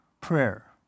prayer